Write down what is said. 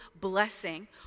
blessing